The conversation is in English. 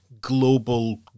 global